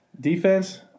defense